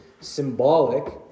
symbolic